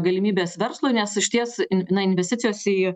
galimybės verslui nes išties in na investicijos į